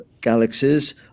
galaxies